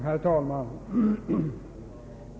Herr talman!